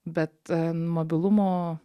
bet mobilumo